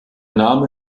name